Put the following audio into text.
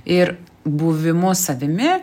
ir buvimu savimi